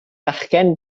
fachgen